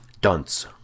Dunce